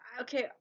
okay